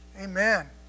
amen